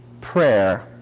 prayer